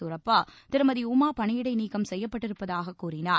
சூரப்பா திருமதி உமா பணியிடை நீக்கம் செய்யப்பட்டிருப்பதாக கூறினார்